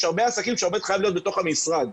יש הרבה עסקים שהעובד חייב להיות בתוך המשרד.